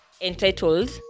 entitled